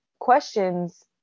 questions